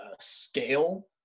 scale